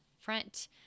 front